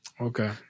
Okay